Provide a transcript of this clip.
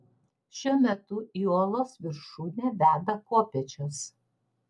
šiuo metu į uolos viršūnę veda kopėčios